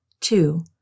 Two